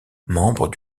membre